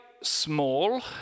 small